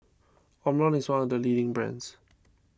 Omron is one of the leading brands